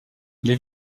les